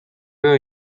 veo